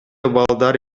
балдар